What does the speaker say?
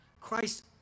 Christ